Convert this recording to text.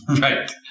Right